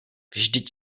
vždyť